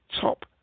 top